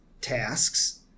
tasks